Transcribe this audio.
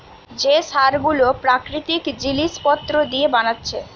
যে সার গুলো প্রাকৃতিক জিলিস পত্র দিয়ে বানাচ্ছে